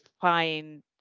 find